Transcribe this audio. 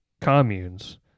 communes